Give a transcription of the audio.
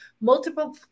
multiple